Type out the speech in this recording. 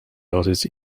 artist